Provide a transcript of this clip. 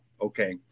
Okay